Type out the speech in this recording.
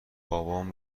بابام